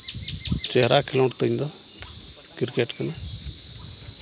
ᱪᱮᱦᱨᱟ ᱠᱷᱮᱞᱚᱸᱰ ᱛᱤᱧ ᱫᱚ ᱠᱨᱤᱠᱮᱹᱴ ᱠᱷᱮᱞ